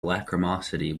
lachrymosity